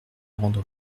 rendre